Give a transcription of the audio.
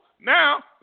now